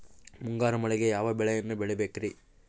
ಮುಂಗಾರು ಮಳೆಗೆ ಯಾವ ಬೆಳೆಯನ್ನು ಬೆಳಿಬೇಕ್ರಿ?